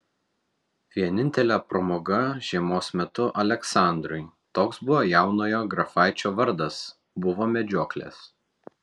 vienintelė pramoga žiemos metu aleksandrui toks buvo jaunojo grafaičio vardas buvo medžioklės